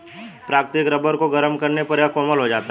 प्राकृतिक रबर को गरम करने पर यह कोमल हो जाता है